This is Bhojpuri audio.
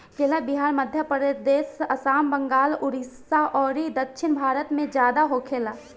केला बिहार, मध्यप्रदेश, आसाम, बंगाल, उड़ीसा अउरी दक्षिण भारत में ज्यादा होखेला